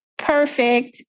Perfect